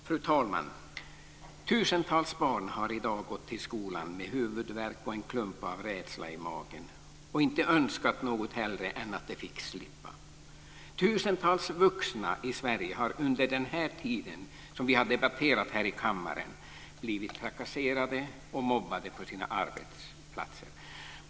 Fru talman! Tusentals barn har i dag gått till skolan med huvudvärk och en klump av rädsla i magen och inte önskat något hellre än att de fick slippa. Tusentals vuxna i Sverige har under den tid som vi har debatterat här i kammaren blivit trakasserade och mobbade på sina arbetsplatser.